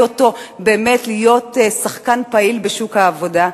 אותו באמת להיות שחקן פעיל בשוק העבודה.